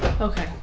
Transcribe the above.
Okay